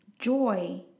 joy